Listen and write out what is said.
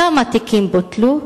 כמה תיקים בוטלו,